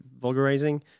vulgarizing